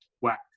whack